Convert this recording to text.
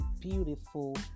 beautiful